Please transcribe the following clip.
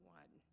one